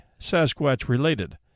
Sasquatch-related